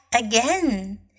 again